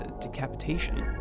decapitation